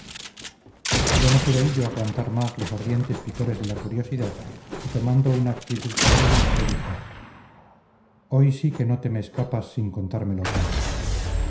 ya no pudo hillo aguantar más los ardientes picores de la curiosidad y tomando una actitud serena le dijo hoy sí que no te me escapas sin contármelo todo